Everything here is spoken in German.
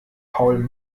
paul